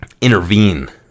intervene